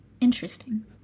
Interesting